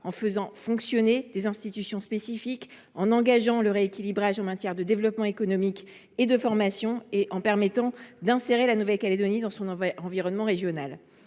en faisant fonctionner des institutions spécifiques, en engageant le rééquilibrage en matière de développement économique et de formation et en permettant d’insérer la Nouvelle Calédonie dans son environnement régional.